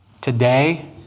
today